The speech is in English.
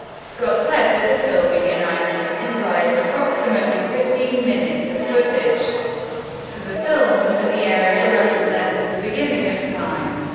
scott said that the filming filming in iceland comprised approximately fifteen minutes of footage for the film, and that the area represented the beginning of time.